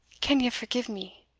can you forgive me?